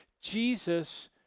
Jesus